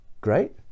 great